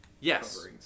Yes